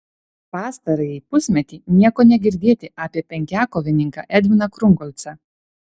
pastarąjį pusmetį nieko negirdėti apie penkiakovininką edviną krungolcą